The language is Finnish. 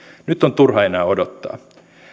nyt on turha enää odottaa